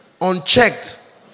Unchecked